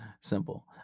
simple